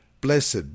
Blessed